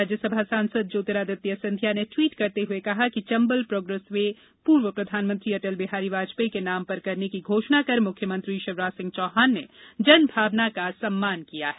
राज्यसभा सांसद ज्योतिरादित्य सिंधिया ने ट्वीट करते हुए कहा कि चंबल प्रोग्रेस वे पूर्व प्रधानमंत्री अटल बिहारी वाजपेई के नाम पर करने की घोषणा कर मुख्यमंत्री शिवराज सिंह चौहान ने जनभावना का सम्मान किया है